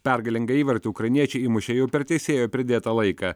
pergalingą įvartį ukrainiečiai įmušė jau per teisėjo pridėtą laiką